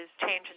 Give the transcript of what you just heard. changes